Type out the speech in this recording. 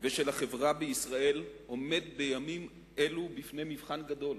ושל החברה בישראל עומד בימים אלו בפני מבחן גדול.